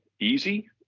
easy